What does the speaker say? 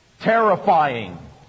terrifying